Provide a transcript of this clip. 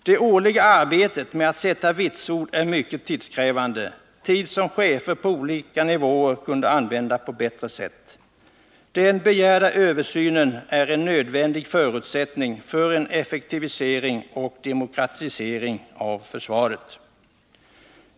Det årliga arbetet med att ge vitsord är mycket tidskrävande — tid som chefer på olika nivåer kunde använda på bättre sätt. Den begärda översynen är en nödvändig förutsättning för en effektivisering och demokratisering av försvaret.